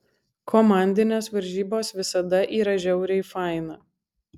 komandinės varžybos visada yra žiauriai faina